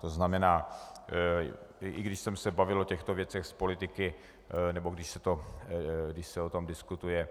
To znamená, když jsem se bavil o těchto věcech s politiky, nebo když se o tom diskutuje